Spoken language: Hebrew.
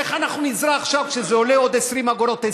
איך אנחנו נזרע עכשיו כשזה עולה עוד 20 אגורות,